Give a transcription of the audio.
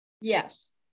yes